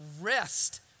rest